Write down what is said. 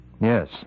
Yes